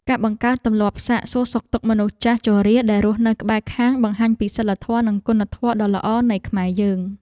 ការបង្កើតទម្លាប់សាកសួរសុខទុក្ខមនុស្សចាស់ជរាដែលរស់នៅក្បែរខាងបង្ហាញពីសីលធម៌និងគុណធម៌ដ៏ល្អនៃខ្មែរយើង។